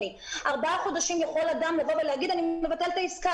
במשך ארבעה חודשים יכול אדם להגיד: אני מבטל את העסקה,